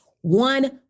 one